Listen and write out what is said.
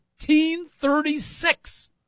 1936